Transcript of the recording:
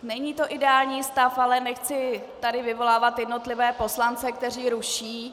Není to ideální stav, ale nechci tady vyvolávat jednotlivé poslance, kteří ruší.